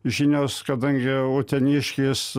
žinios kadangi uteniškės